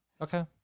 Okay